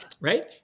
right